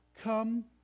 come